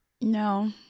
No